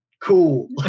cool